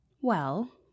Well